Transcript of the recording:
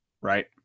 right